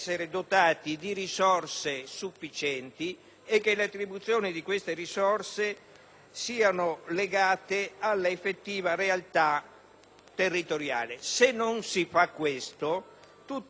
Se non si fa questo, tutto lo sforzo per rendere credibile il percorso del federalismo rischia di annegare in una contraddizione evidente: